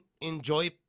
enjoy